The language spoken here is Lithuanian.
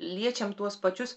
liečiam tuos pačius